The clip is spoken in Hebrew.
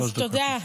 תודה.